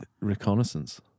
Reconnaissance